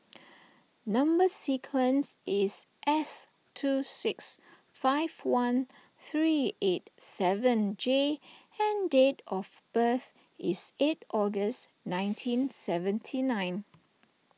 Number Sequence is S two six five one three eight seven J and date of birth is eight August nineteen seventy nine